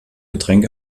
getränk